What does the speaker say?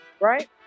Right